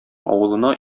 авылына